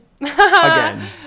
again